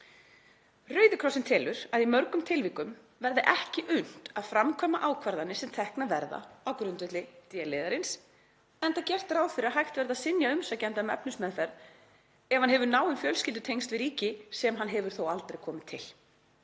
Rauði krossinn telur að í mörgum tilvikum verði ekki unnt að framkvæma ákvarðanir sem teknar verða á grundvelli d-liðarins enda gert ráð fyrir að hægt verði að synja umsækjanda um efnismeðferð ef hann hefur náin fjölskyldutengsl við ríki sem hann hefur þó aldrei komið til,